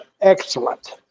excellent